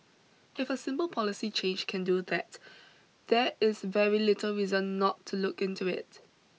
if a simple policy change can do that there is very little reason not to look into it